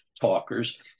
talkers